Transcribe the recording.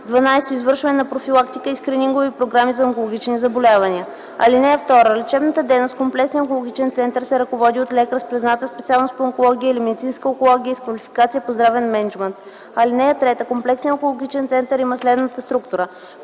12. извършване на профилактика и скринингови програми за онкологичните заболявания. (2) Лечебната дейност в комплексния онкологичен център се ръководи от лекар с призната специалност по онкология или медицинска онкология и с квалификация по здравен мениджмънт. (3) Комплексният онкологичен център има следната структура: